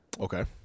Okay